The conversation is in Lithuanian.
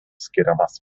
skiriamas